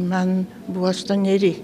man buvo aštuoneri